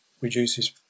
reduces